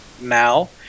now